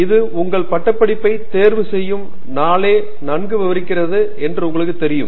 இது உங்கள் பட்டப்படிப்பை தேர்வு செய்யும் நாளே நன்கு விவரிக்கப்படுகிறது என்று உங்களுக்கு தெரியும்